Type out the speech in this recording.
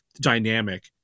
dynamic